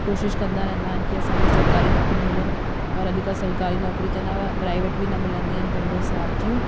कोशिशि कंदा रहंदा आहिनि की असांखे सरकारी नौकिरी मिले पर अॼुकल्ह सरकारी नौकिरी त न प्राइवेट बि न मिलंदी आहिनि पंहिंजी हिसाब जूं